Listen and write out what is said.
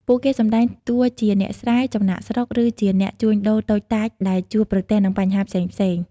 ពួកគេសម្ដែងតួជាអ្នកស្រែ ចំណាកស្រុក ឬជាអ្នកជួញដូរតូចតាចដែលជួបប្រទះនឹងបញ្ហាផ្សេងៗ។